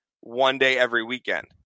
one-day-every-weekend